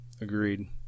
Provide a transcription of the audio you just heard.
agreed